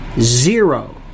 Zero